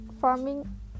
farming